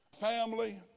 family